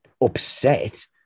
upset